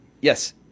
Yes